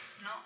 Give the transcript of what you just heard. No